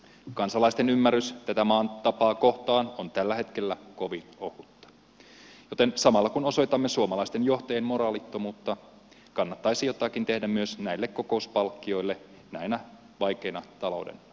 kansalaisten ymmärrys tätä maan tapaa kohtaan on tällä hetkellä kovin ohutta joten samalla kun osoitamme suomalaisten johtajien moraalittomuutta kannattaisi jotakin tehdä myös näille kokouspalkkioille näinä vaikeina talouden aikoina